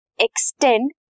extend